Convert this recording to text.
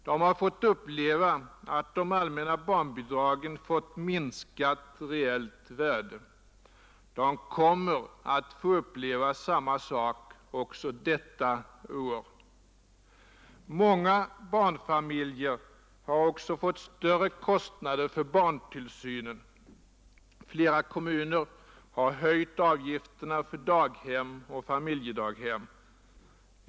De har fått uppleva att de allmänna barnbidragens reella värde har minskat. De kommer att få uppleva samma sak också detta år. Många barnfamiljer har också fått större kostnader för barntillsynen. Flera kommuner har höjt avgifterna för daghem och familjedaghem.